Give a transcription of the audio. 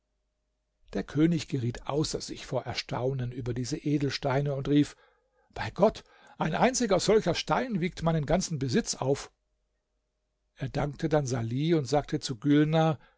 der könig geriet außer sich vor erstaunen über diese edelsteine und rief bei gott ein einziger solcher stein wiegt meinen ganzen besitz auf er dankte dann salih und sagte zu gülnar